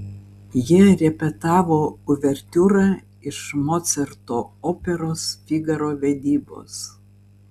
jie repetavo uvertiūrą iš mocarto operos figaro vedybos